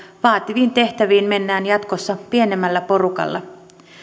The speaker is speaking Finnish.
vaativiin tehtäviin mennään jatkossa pienemmällä porukalla